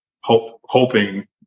hoping